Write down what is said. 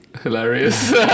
hilarious